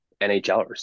nhlers